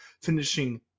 finishing